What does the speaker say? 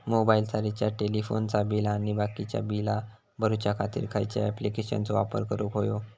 मोबाईलाचा रिचार्ज टेलिफोनाचा बिल आणि बाकीची बिला भरूच्या खातीर खयच्या ॲप्लिकेशनाचो वापर करूक होयो?